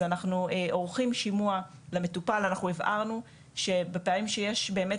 אז אנחנו עורכים שימוע למטופל ואנחנו הבהרנו שבפעמים שיש באמת